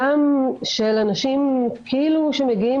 גם של אנשים כאילו שמגיעים